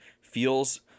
feels